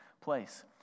place